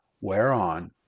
whereon